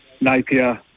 Napier